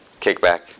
Kickback